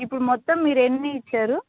ఇప్పుడు మొత్తం మీరు ఎన్ని ఇచ్చారు